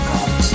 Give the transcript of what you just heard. God